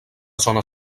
zona